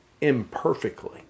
imperfectly